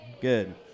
Good